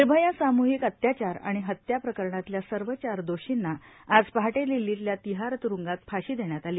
निर्भया सामूहिक अत्याचार आणि हत्या प्रकरणातल्या सर्व चार दोषींना आज पहाटे दिल्लीतल्या तिहार त्रुंगात फाशी देण्यात आली